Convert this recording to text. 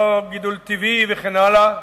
לא גידול טבעי וכן הלאה,